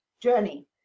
journey